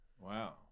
Wow